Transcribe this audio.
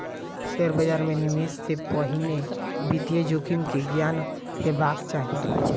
share बाजार मे निवेश से पहिने वित्तीय जोखिम के ज्ञान हेबाक चाही